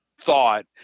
thought